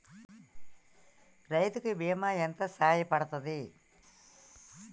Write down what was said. రైతు కి బీమా ఎంత సాయపడ్తది?